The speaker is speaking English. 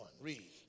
read